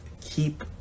keep